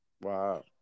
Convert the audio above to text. Wow